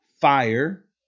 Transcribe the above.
fire